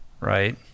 right